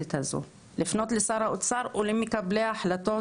המכובדת הזו לפנות לשר האוצר ולמקבלי ההחלטות